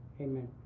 amen